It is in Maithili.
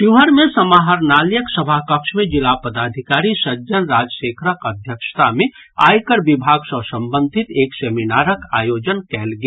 शिवहर मे समाहरणालयक सभा कक्ष मे जिला पदाधिकारी सज्जन राजशेखरक अध्यक्षता मे आयकर विभाग सँ संबंधित एक सेमिनारक आयोजन कयल गेल